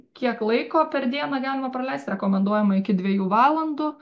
kiek laiko per dieną galima praleisti rekomenduojama iki dviejų valandų